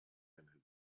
had